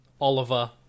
oliver